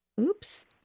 Oops